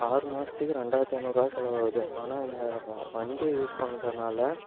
ஆறு மாசத்துக்கு ரெண்டாயிரத்தி ஐநூறுபா தான் செலவாகுது ஆனால் இந்த வ வண்டியை யூஸ் பண்ணுறனால